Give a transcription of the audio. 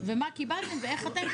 ומה קיבלתם ואיך אתם,